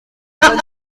school